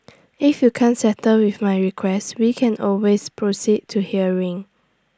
if you can't settle with my request we can always proceed to hearing